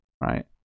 right